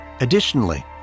Additionally